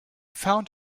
found